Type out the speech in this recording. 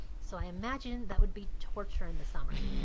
so i imagine that would be torture in the summer.